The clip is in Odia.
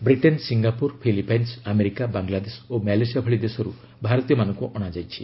Britain Singapore Philippines America Bangladesh ଓ ମ୍ୟାଲେସିଆ ଭଳି ଦେଶରୁ ଭାରତୀୟମାନଙ୍କୁ ଅଣାଯାଇଛି